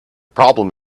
problem